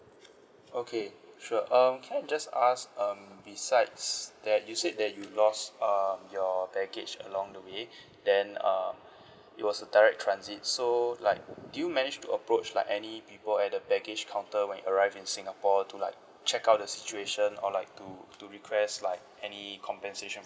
okay sure um can I just ask um besides that you said that you lost uh your baggage along the way then uh it was a direct transit so like do you manage to approach like any people at the baggage counter when you arrived in singapore to like check out the situation or like to to request like any compensation